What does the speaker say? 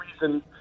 reason